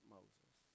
Moses